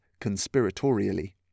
conspiratorially